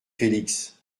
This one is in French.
félix